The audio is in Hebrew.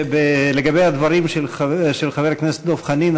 לגבי הדברים של חבר הכנסת דב חנין,